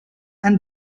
and